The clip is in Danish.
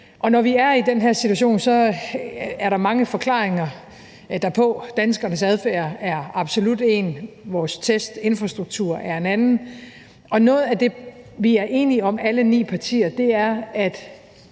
Når vi er i den her situation, er der mange forklaringer derpå. Danskernes adfærd er absolut en, vores test, infrastruktur er en anden. Noget af det, alle ni partier er enige